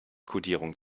kodierung